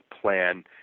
plan